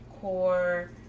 core